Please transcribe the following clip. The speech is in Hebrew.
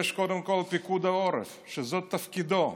יש קודם כול פיקוד העורף, שזה תפקידו.